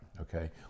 Okay